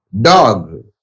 Dog